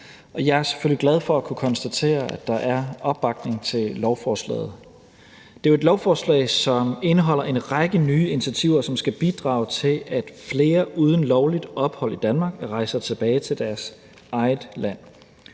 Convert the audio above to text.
Jeg er selvfølgelig glad for at kunne konstatere, at der er opbakning til lovforslaget. Det er jo et lovforslag, som indeholder en række nye initiativer, som skal bidrage til, at flere uden lovligt ophold i Danmark rejser tilbage til deres eget land.